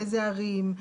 באילו ערים,